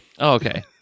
okay